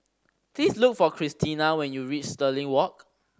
please look for Christena when you reach Stirling Walk